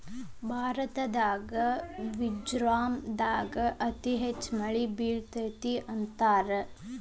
ಭಾರತದಾಗ ಮಿಜೋರಾಂ ದಾಗ ಅತಿ ಹೆಚ್ಚ ಮಳಿ ಬೇಳತತಿ ಅಂತಾರ